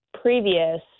previous